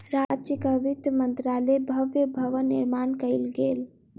राज्यक वित्त मंत्रालयक भव्य भवन निर्माण कयल गेल